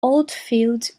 oldfield